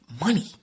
money